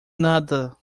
nada